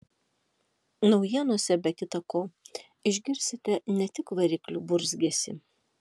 naujienose be kita ko išgirsite ne tik variklių burzgesį